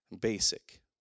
basic